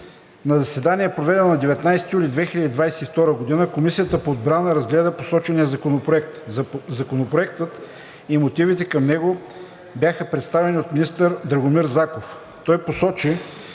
На заседание, проведено на 19 юли 2022 г., Комисията по отбрана разгледа посочения законопроект. Законопроектът и мотивите към него бяха представени от министър Драгомир Заков. Той посочи,